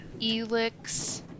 Elix